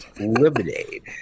lemonade